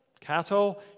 cattle